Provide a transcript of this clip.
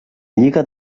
lliga